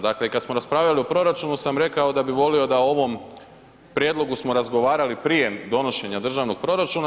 Dakle, kada smo raspravljali o proračunu sam rekao da bi volio da o ovom prijedlogu smo razgovarali prije donošenje državnog proračuna.